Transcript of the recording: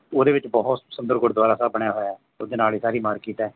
ਉਹਦੇ ਵਿੱਚ ਬਹੁਤ ਸੁੰਦਰ ਗੁਰਦੁਆਰਾ ਸਾਹਿਬ ਬਣਿਆ ਹੋਇਆ ਉਹਦੇ ਨਾਲ ਹੀ ਸਾਰੀ ਮਾਰਕੀਟ ਹੈ